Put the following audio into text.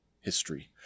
history